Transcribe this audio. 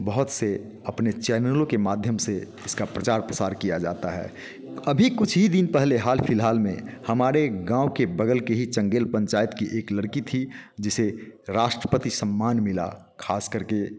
बहुत से अपने चैनलों के माध्यम से इसका प्रचार प्रसार किया जाता है अभी कुछ ही दिन पहले हाल फिलहाल में हमारे गाँव के बगल के ही चंगेल पंचायत की एक लड़की थी जिसे राष्ट्रपति सम्मान मिला खासकर के